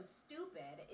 stupid